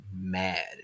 mad